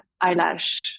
eyelash